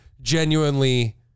genuinely